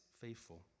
faithful